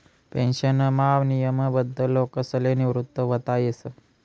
पेन्शनमा नियमबद्ध लोकसले निवृत व्हता येस